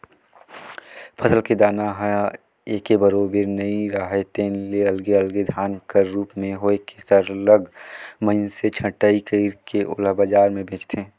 फसल के दाना ह एके बरोबर नइ राहय तेन ले अलगे अलगे भाग कर रूप में होए के सरलग मइनसे छंटई कइर के ओला बजार में बेंचथें